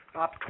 up